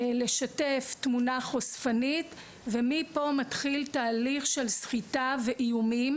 לשתף תמונה חושפנית ומפה מתחיל תהליך של סחיטה ואיומים,